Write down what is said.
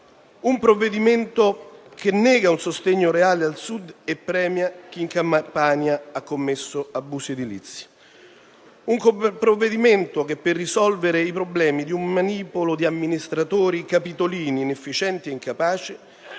un provvedimento che nega un sostegno reale al Sud e che premia chi in Campania ha commesso abusi edilizi; è un provvedimento che per risolvere i problemi di un manipolo di amministratori capitolini inefficienti ed incapaci